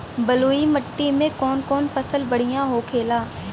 बलुई मिट्टी में कौन कौन फसल बढ़ियां होखेला?